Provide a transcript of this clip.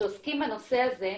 כשעוסקים בנושא הזה,